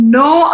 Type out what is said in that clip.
no